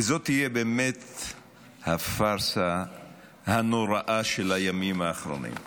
זו תהיה באמת הפארסה הנוראה של הימים האחרונים.